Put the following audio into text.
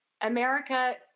America